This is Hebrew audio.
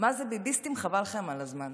מה זה ביביסטים, חבל לכם על הזמן,